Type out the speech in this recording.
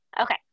Okay